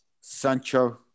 Sancho